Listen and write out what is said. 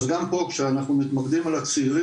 אז גם פה כשאנחנו מתמקדים על צעירים,